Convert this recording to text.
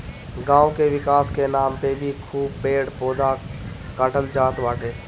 गांव के विकास के नाम पे भी खूब पेड़ पौधा काटल जात बाटे